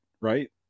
right